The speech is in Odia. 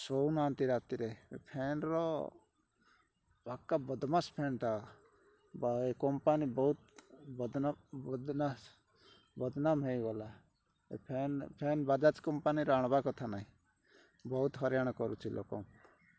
ଶୋଉ ନାହାନ୍ତି ରାତିରେ ଏ ଫ୍ୟାନ୍ର ପାକ୍କା ବଦମାସ୍ ଫ୍ୟାନ୍ଟା ବାଏ କମ୍ପାନୀ ବହୁତ ବଦନାସ୍ ବଦନାମ୍ ହେଇଗଲା ଏ ଫ୍ୟାନ୍ ଫ୍ୟାନ୍ ବଜାଜ୍ କମ୍ପାନୀର ଆଣିବା କଥା ନାହିଁ ବହୁତ ହଇରାଣ କରୁଛି ଲୋକଙ୍କୁ